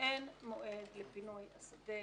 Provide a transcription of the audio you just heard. אין מועד לפינוי השדה.